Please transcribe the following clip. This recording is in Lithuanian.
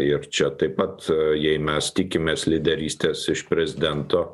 ir čia taip pat jei mes tikimės lyderystės iš prezidento